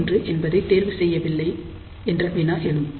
01 என்பதை தேர்வு செய்யவில்லை என்ற வினா எழும்